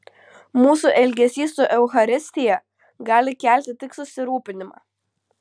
mūsų elgesys su eucharistija gali kelti tik susirūpinimą